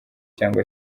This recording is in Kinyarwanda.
cyangwa